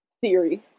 theory